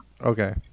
Okay